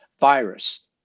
virus